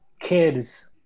kids